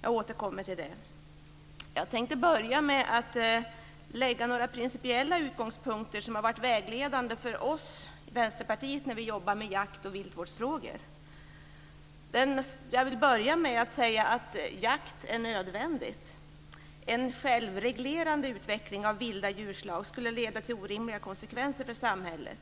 Jag återkommer till det. Jag tänkte börja med att ta upp några principiella utgångspunkter som har varit vägledande för oss i Vänsterpartiet när vi jobbat med jakt och viltvårdsfrågor. Jag vill börja med att säga att jakt är nödvändigt. En självreglerande utveckling av vilda djurslag skulle leda till orimliga konsekvenser för samhället.